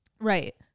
right